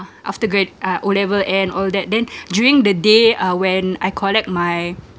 after grad uh O level and all that then during the day uh when I collect my